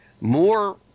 more